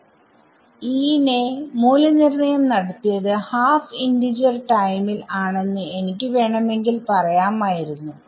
E നെ മൂല്യനിർണ്ണയം നടത്തിയത് ഹാഫ് ഇന്റിജർ ടൈമിൽ ആണെന്ന് എനിക്ക് വേണമെങ്കിൽ പറയാമായിരുന്നു